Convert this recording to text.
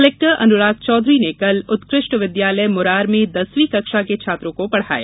collector Anurag Chaudhary ने कल उत्कृष्ट विद्यालय मुरार में दसवीं कक्षा के छात्रों को पढ़ाया